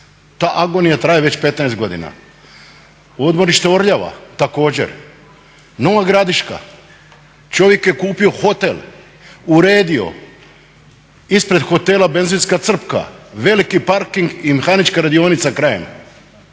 Ta agonija traje već 15 godina. Odmorište Orljava također, Nova Gradiška. Čovjek je kupio hotel, uredio, ispred hotela benzinska crpka, veliki parking i mehanička radionica krajem.